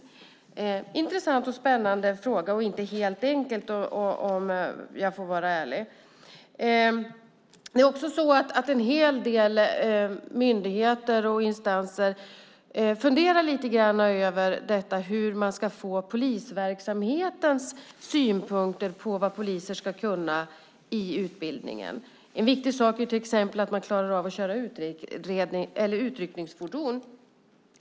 Det är en intressant och spännande fråga - och inte helt enkel, om jag får vara ärlig. En hel del myndigheter och instanser funderar också över hur man ska få in polisverksamhetens synpunkter på vad poliser ska kunna i utbildningen. En viktig sak är till exempel att man klarar av att köra utryckningsfordon.